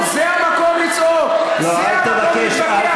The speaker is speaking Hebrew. המליאה.) וסוגיית ההתיישבות חוזרת אל המגרש הטבעי שלה,